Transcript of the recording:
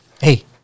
Hey